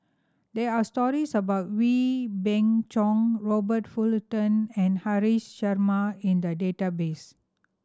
there are stories about Wee Beng Chong Robert Fullerton and Haresh Sharma in the database